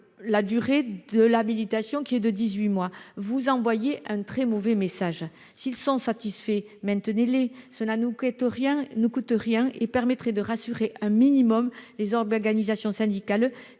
la durée de l'habilitation, qui est de dix-huit mois, vous envoyez un très mauvais message. S'ils sont satisfaits, maintenez-les ! Cela ne coûte rien et permettrait de rassurer un minimum les organisations syndicales,